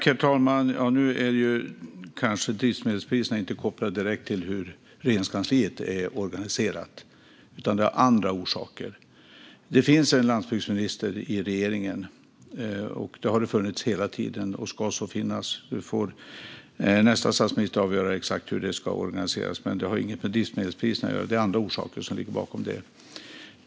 Herr talman! Drivmedelspriserna är inte kopplade direkt till hur Regeringskansliet är organiserat, utan det har andra orsaker. Det finns en landsbygdsminister i regeringen. Det har det funnits hela tiden, och det ska finnas. Nästa statsminister får avgöra exakt hur det ska organiseras, men detta har inget med drivmedelspriserna att göra. Det är andra orsaker som ligger bakom det.